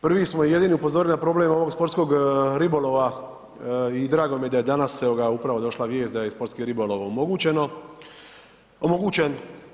Prvi smo i jedini upozorili na problem ovog sportskog ribolova i drago mi je da je danas evo ga, upravo došla vijest da je sportski ribolov omogućeno, omogućen.